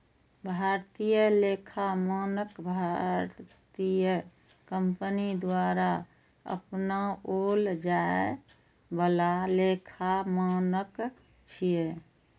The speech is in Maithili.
भारतीय लेखा मानक भारतीय कंपनी द्वारा अपनाओल जाए बला लेखा मानक छियै